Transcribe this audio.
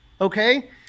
Okay